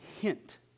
hint